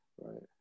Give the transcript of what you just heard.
right